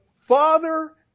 father